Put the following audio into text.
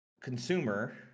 consumer